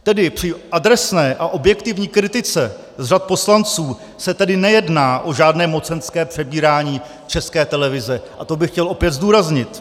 Tedy při adresné a objektivní kritice z řad poslanců se tedy nejedná o žádné mocenské přebírání České televize, to bych chtěl opět zdůraznit.